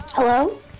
Hello